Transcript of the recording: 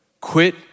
Quit